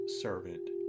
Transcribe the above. servant